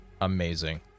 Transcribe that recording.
amazing